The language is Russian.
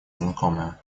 знакомая